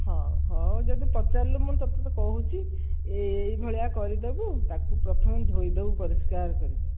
ହଁ ହଉ ଯଦି ପଚାରିଲୁ ମୁଁ ତୋତେ ତ କହୁଛି ଏଇ ଏଇ ଭଳିଆ କରିଦେବୁ ତାକୁ ପ୍ରଥମେ ଧୋଇଦେବୁ ପରିଷ୍କାର କରିକି